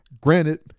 Granted